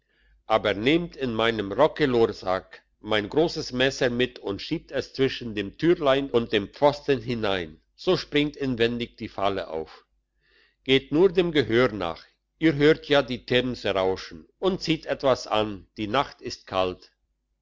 aber nehmt in meinem rockelorsack mein grosses messer mit und schiebt es zwischen dem türlein und dem pfosten hinein so springt inwendig die falle auf geht nur dem gehör nach ihr hört ja die themse rauschen und zieht etwas an die nacht ist kalt